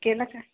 केलं का